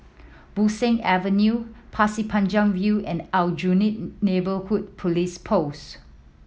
Bo Seng Avenue Pasir Panjang View and Aljunied Neighbourhood Police Post